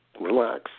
relax